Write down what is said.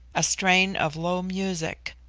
a strain of low music,